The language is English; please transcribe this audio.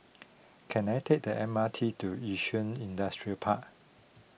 can I take the M R T to Yishun Industrial Park